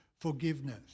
forgiveness